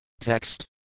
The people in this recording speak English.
Text